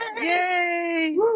Yay